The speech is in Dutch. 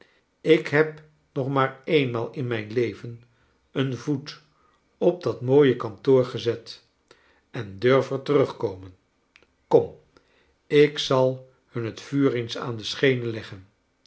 ik heb nog maar eenmaal in mijn leven een voet op dat mooie kantoor gezet en durf er terugkomen komi ik zal hun het vuur eens aan de schenen leggen